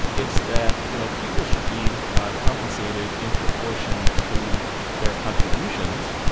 it's that, you know, people should be compensated in proportion to their contributions.